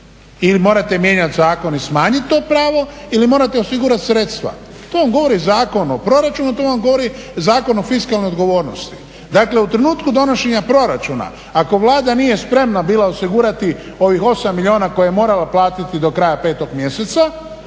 ili morate mijenjati zakon i smanjiti to pravo ili morate osigurati sredstva. To vam govori zakon o proračunu, to vam govori Zakon o fiskalnoj odgovornosti. Dakle, u trenutku donošenja proračuna, ako Vlada nije spremna bila osigurati ovih 8 milijuna koje je morala platiti do kraja 5 mjeseca,